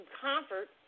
comfort